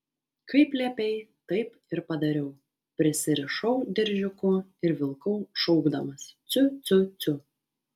kaip liepei taip ir padariau prisirišau diržiuku ir vilkau šaukdamas ciu ciu ciu